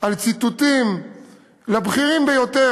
על ציתותים לבכירים ביותר,